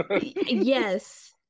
yes